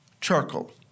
charcoal